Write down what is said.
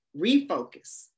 refocus